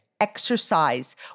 exercise